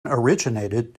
originated